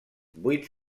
vuit